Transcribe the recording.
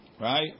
Right